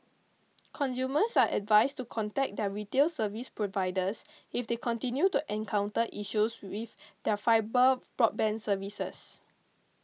consumers are advised to contact their retail service providers if they continue to encounter issues with their fibre broadband services